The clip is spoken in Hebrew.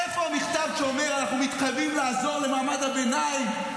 איפה המכתב שאומר: אנחנו מתחייבים לעזור למעמד הביניים,